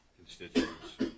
Constituents